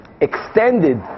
extended